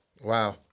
wow